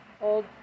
old